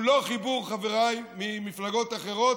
הוא לא חיבור, חבריי ממפלגות אחרות,